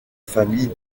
famille